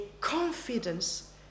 confidence